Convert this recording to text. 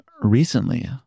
recently